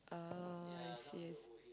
oh I see I see